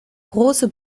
große